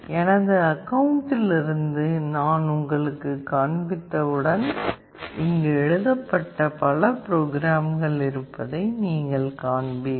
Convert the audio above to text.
எனது அக்கவுண்ட்டிலிருந்து நான் உங்களுக்குக் காண்பித்தவுடன் இங்கு எழுதப்பட்ட பல ப்ரோக்ராம்கள் இருப்பதை நீங்கள் காண்பீர்கள்